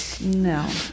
no